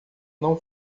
não